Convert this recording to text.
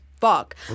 fuck